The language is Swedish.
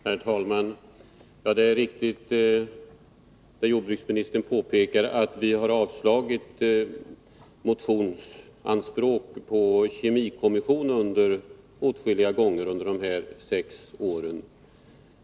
Herr talman! Det är riktigt, som jordbruksministern påpekar, att vi har avslagit motionsanspråk på en kemikommission åtskilliga gånger under de här sex åren.